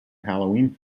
halloween